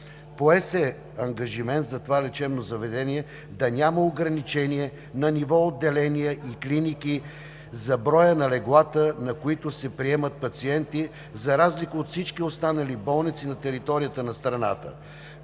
Пое се ангажимент за това лечебно заведение да няма ограничения на ниво отделения и клиники за броя на леглата, на които се приемат пациенти, за разлика от всички останали болници на територията на страната.